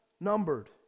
numbered